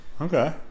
okay